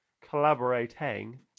collaborating